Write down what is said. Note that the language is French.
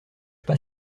pas